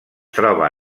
troba